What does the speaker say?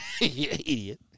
idiot